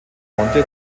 monte